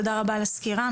תודה רבה על הסקירה.